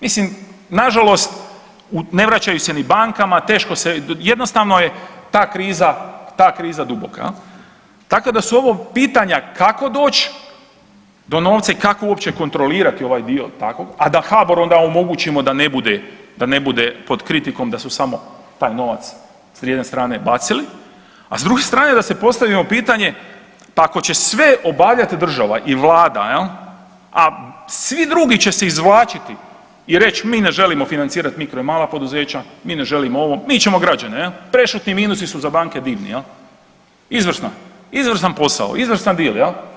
Mislim nažalost ne vraćaju se ni bankama, teško se jednostavno je ta kriza duboka, tako da su ovo pitanja kako doć do novca i kako uopće kontrolirati ovaj dio tako, a da HBOR onda omogućimo da ne bude pod kritikom da su samo taj novac s jedne strane bacili, a s druge strane da si postavimo pitanje pa ako će sve obavljat država i Vlada, a svi drugi će se izvlačiti i reć mi ne želimo financirat mikro i mala poduzeća, mi ne želimo ovo, mi ćemo građane, prešutni minusi su za banke divni jel izvrsno, izvrstan posao, izvrstan deal.